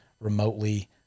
remotely